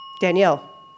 Danielle